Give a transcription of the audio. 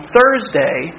Thursday